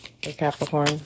Capricorn